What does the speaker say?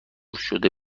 شده